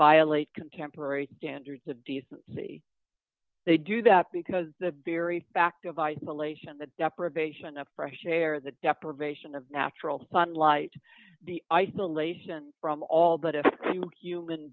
violate contemporary standards of decency they do that because the very fact of isolation the deprivation of fresh air the deprivation of natural sunlight the isolation from all but if you human